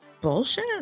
Bullshit